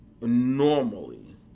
normally